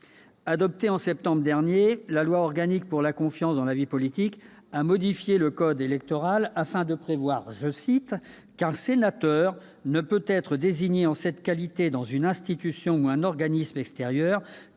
Adoptée en septembre dernier, la loi organique pour la confiance dans la vie politique a modifié le code électoral, afin de prévoir qu'un sénateur « ne peut être désigné en cette qualité dans une institution ou un organisme extérieur